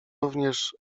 również